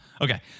Okay